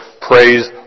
Praise